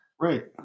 right